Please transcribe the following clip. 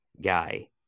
guy